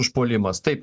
užpuolimas taip